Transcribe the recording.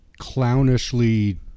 clownishly